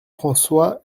françois